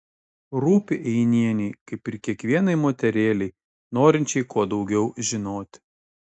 rūpi einienei kaip ir kiekvienai moterėlei norinčiai kuo daugiau žinoti